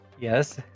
Yes